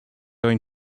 going